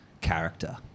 character